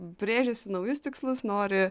brėžiasi naujus tikslus nori